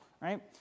right